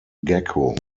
gecko